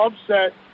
upset